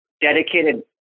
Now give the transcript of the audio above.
dedicated